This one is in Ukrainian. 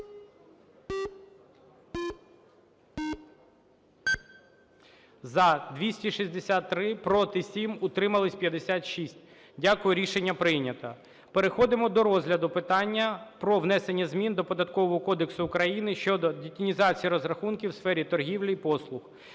За-263 Проти – 7, утрималися – 56. Дякую. Рішення прийнято. Переходимо до розгляду питання про внесення змін до Податкового кодексу України щодо детінізації розрахунків в сфері торгівлі і послуг.